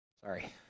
Sorry